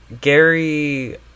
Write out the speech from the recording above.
Gary